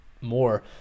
more